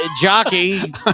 jockey